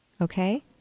Okay